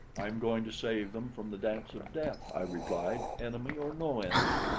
i am going to save him from the dance of death, i replied, enemy or no enemy,